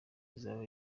izaba